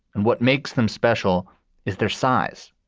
and what makes them special is their size.